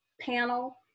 panel